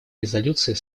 резолюций